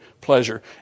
pleasure